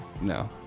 no